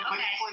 Okay